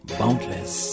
boundless